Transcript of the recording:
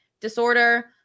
disorder